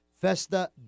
Festa